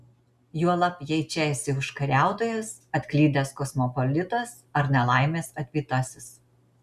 juolab jei čia esi užkariautojas atklydęs kosmopolitas ar nelaimės atvytasis